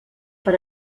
per